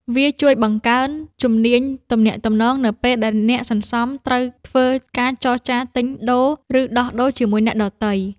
វាជួយបង្កើនជំនាញទំនាក់ទំនងនៅពេលដែលអ្នកសន្សំត្រូវធ្វើការចរចាទិញដូរ ឬដោះដូរជាមួយអ្នកដទៃ។